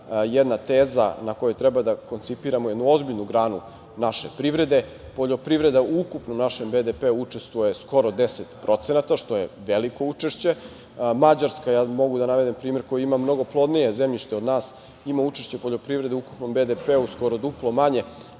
jedna teza na kojoj treba da koncipiramo jednu ozbiljnu granu naše privrede. Poljoprivreda u ukupnom našem BDP-u učestvuje skoro 10%, što je veliko učešće. Mađarska, koja ima mnogo plodnije zemljište od nas, ima učešće poljoprivrede u ukupnom BDP-u skoro duplo manje,